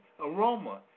aroma